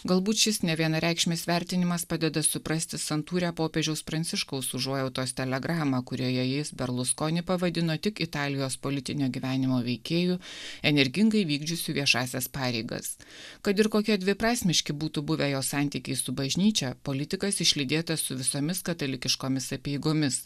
galbūt šis nevienareikšmis vertinimas padeda suprasti santūrią popiežiaus pranciškaus užuojautos telegramą kurioje jis berluskonį pavadino tik italijos politinio gyvenimo veikėju energingai vykdžiusiu viešąsias pareigas kad ir kokie dviprasmiški būtų buvę jo santykiai su bažnyčia politikas išlydėtas su visomis katalikiškomis apeigomis